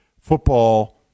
football